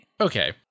okay